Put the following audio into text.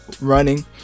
running